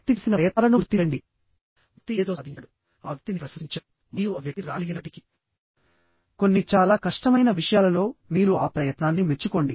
వ్యక్తి చేసిన ప్రయత్నాలను గుర్తించండి వ్యక్తి ఏదో సాధించాడు ఆ వ్యక్తిని ప్రశంసించాడు మరియు ఆ వ్యక్తి రాగలిగినప్పటికీ కొన్ని చాలా కష్టమైన విషయాలలో మీరు ఆ ప్రయత్నాన్ని మెచ్చుకోండి